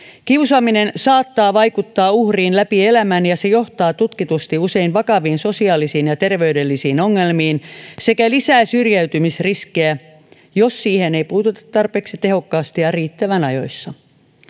kiusaaminen saattaa vaikuttaa uhriin läpi elämän ja se johtaa tutkitusti usein vakaviin sosiaalisiin ja terveydellisiin ongelmiin sekä lisää syrjäytymisriskiä jos siihen ei puututa tarpeeksi tehokkaasti ja riittävän ajoissa